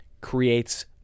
creates